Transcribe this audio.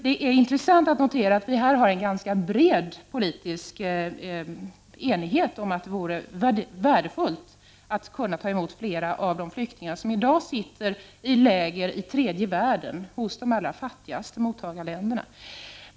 Det är intressant att notera att vi här har en ganska bred politisk enighet om att det vore värdefullt att kunna ta emot flera av de flyktingar som i dag sitter i läger i tredje världen, hos de allra fattigaste mottagarländerna.